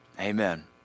Amen